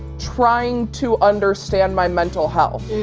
trying to understand my mental health.